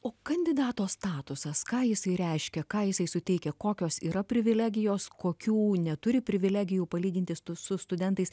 o kandidato statusas ką jisai reiškia ką jisai suteikia kokios yra privilegijos kokių neturi privilegijų palyginti su studentais